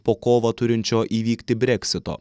po kovą turinčio įvykti breksito